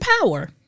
Power